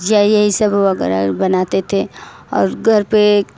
यही यही सब बनाते थे और घर पर